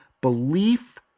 belief